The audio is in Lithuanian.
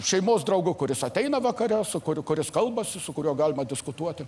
šeimos draugu kuris ateina vakare su koriuo kuris kalbasi su kuriuo galima diskutuoti